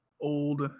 old